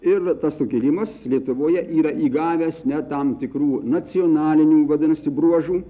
ir tas sukilimas lietuvoje yra įgavęs net tam tikrų nacionalinių vadinasi bruožų